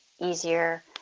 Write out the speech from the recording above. easier